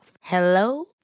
Hello